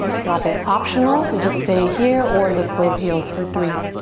drop it. optional to just stay here or lift both heels for three,